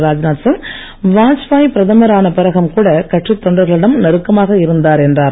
ராஜ்நாத் சிங் வாஜ்பாய் பிரதமர் ஆன பிறகும் கூட கட்சித் தொண்டர்களிடம் நெருக்கமாக இருந்தார் என்றார்